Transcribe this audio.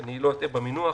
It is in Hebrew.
אני לא אטעה במינוח.